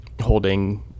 holding